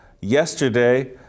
Yesterday